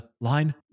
line